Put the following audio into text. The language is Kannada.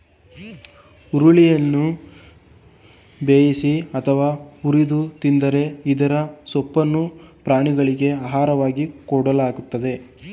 ಹುರುಳಿಯನ್ನ ಬೇಯಿಸಿ ಅಥವಾ ಹುರಿದು ತಿಂತರೆ ಇದರ ಸೊಪ್ಪನ್ನು ಪ್ರಾಣಿಗಳಿಗೆ ಆಹಾರವಾಗಿ ಕೊಡಲಾಗ್ತದೆ